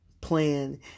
plan